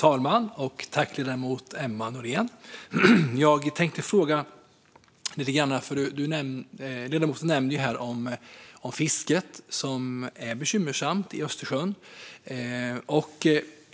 Fru talman! Ledamoten nämnde fisket, som är bekymmersamt i Östersjön.